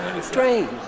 strange